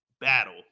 battle